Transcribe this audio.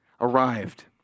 arrived